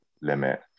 limit